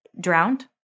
drowned